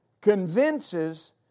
convinces